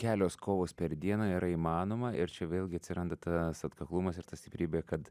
kelios kovos per dieną yra įmanoma čia vėlgi atsiranda tas atkaklumas ir ta stiprybė kad